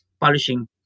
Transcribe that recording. polishing